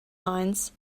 mines